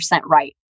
right